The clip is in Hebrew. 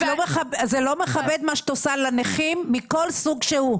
זה לא מכבד מה שאת עושה לנכים מכל סוג שהוא.